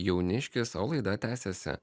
jauniškis o laida tęsiasi